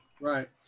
Right